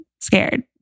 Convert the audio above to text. scared